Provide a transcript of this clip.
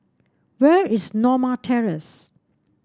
where is Norma Terrace